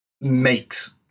makes